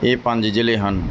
ਇਹ ਪੰਜ ਜ਼ਿਲ੍ਹੇ ਹਨ